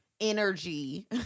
energy